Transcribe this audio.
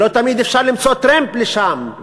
ולא תמיד אפשר למצוא טרמפ לשם,